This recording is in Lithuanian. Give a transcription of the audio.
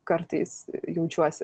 kartais jaučiuosi